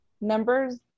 numbers